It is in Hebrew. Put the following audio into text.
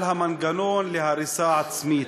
על המנגנון להריסה עצמית.